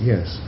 Yes